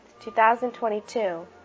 2022